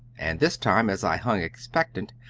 and this time, as i hung expectant,